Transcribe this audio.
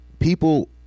People